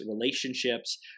relationships